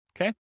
Okay